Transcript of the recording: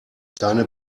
deine